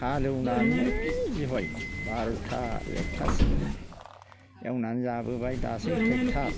हालेवनानै जिहय बार'था एकथासिम एवनानै जाबोबाय दासो थेकटार